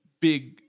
big